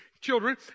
children